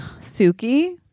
suki